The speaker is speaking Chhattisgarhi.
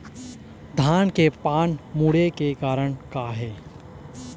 धान के पान मुड़े के कारण का हे?